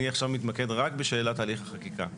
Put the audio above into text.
אני עכשיו מתמקד רק בשאלת הליך החקיקה.